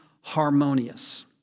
Harmonious